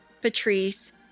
Patrice